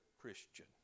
christian